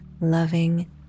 loving